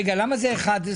רגע, למה זה 11?